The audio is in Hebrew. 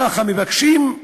ככה מבקשים.